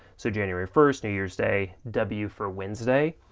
so january first, new year's day, w for wednesday.